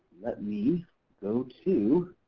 let me go to